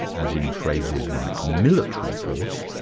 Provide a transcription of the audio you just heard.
as in phrases like military force,